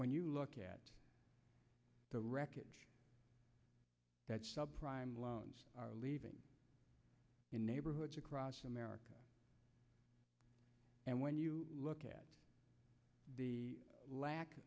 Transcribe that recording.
when you look at the wreckage prime loans are living in neighborhoods across america and when you look at the lack